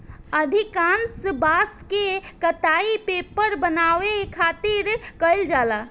अधिकांश बांस के कटाई पेपर बनावे खातिर कईल जाला